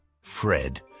Fred